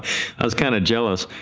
i was kind of jealous,